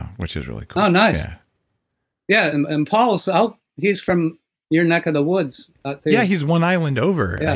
which is really cool oh nice. yeah yeah and and paul is, so he's from the neck of the woods yeah. he's one island over. yeah